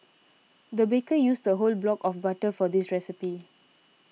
the baker used a whole block of butter for this recipe